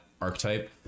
archetype